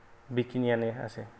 बेखिनियानो गासै